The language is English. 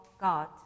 God